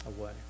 away